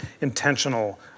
intentional